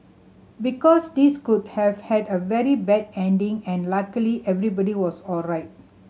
because this could have had a very bad ending and luckily everybody was alright